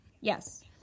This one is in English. Yes